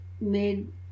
made